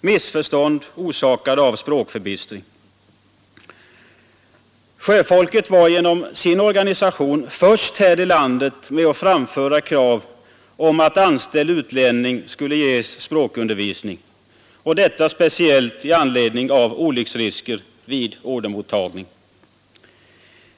missförstånd orsakade av språkförbistring. Sjöfolket var genom sin organisation först här i landet med att framföra krav på att anställd utlänning skulle ges språkundervisning, detta speciellt i anledning av olycksrisker vid ordermottagning.